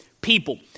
People